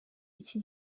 iki